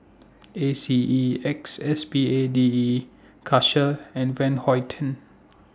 A C E X S P A D E Karcher and Van Houten